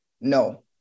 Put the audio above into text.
no